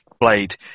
blade